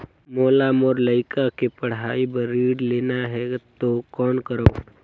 मोला मोर लइका के पढ़ाई बर ऋण लेना है तो कौन करव?